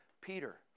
Peter